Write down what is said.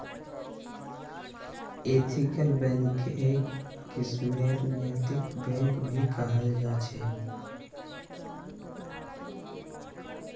ethical बैंकक् एक किस्मेर नैतिक बैंक भी कहाल जा छे